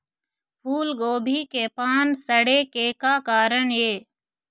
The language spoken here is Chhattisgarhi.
फूलगोभी के पान सड़े के का कारण ये?